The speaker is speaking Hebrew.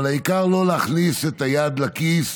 אבל העיקר לא להכניס את היד לכיס.